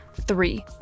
three